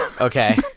Okay